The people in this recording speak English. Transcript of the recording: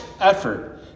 effort